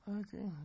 Okay